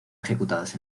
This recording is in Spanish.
ejecutadas